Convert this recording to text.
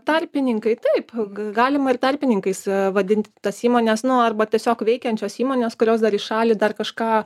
tarpininkai taip a ga galima ir tarpininkais a vadinti tas įmones nu arba tiesiog veikiančios įmonės kurios dar į šalį dar kažką